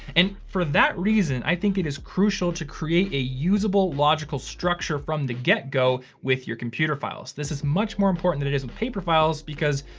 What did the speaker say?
and for that reason, i think it is crucial to create a usable logical structure from the get go with your computer files. this is much more important than it is in paper files because,